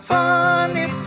funny